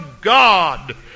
God